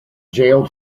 jailed